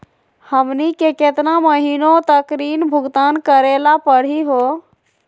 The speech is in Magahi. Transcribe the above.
हमनी के केतना महीनों तक ऋण भुगतान करेला परही हो?